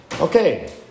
okay